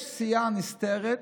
יש סיעה נסתרת,